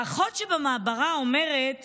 האחות שבמעברה אומרת